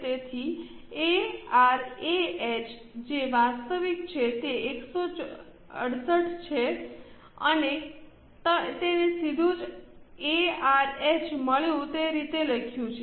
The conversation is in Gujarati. તેથી એઆરએએચ જે વાસ્તવિક છે તે 168 છે અમે તેને સીધું જ એઆરએચ મળ્યું તે રીતે લખ્યું છે